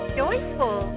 joyful